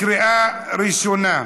התשע"ח 2018, לקריאה ראשונה.